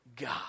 God